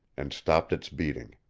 and stopped its beating.